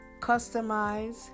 customize